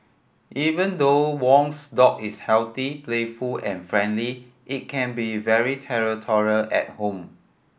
even though Wong's dog is healthy playful and friendly it can be very territorial at home